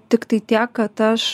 tiktai tiek kad aš